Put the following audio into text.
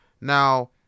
Now